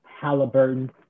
Halliburton